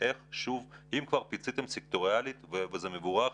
אם כבר פיציתם סקטוריאלית וזה מבורך,